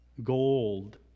gold